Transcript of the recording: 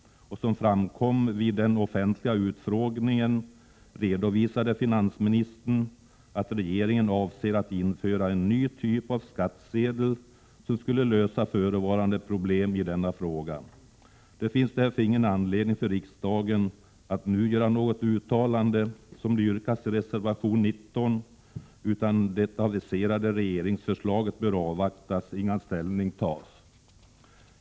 Som framkom vid den offentliga utfrågningen, redovisade finansministern att regeringen avser att införa en ny typ av skattsedel, som skulle lösa förevarande problem i denna fråga. Det finns därför ingen anledning för riksdagen att nu göra något uttalande, som det yrkas i reservation 19, utan det aviserade regeringsförslaget bör avvaktas innan ställning tas.